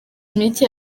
mike